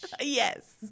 Yes